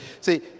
See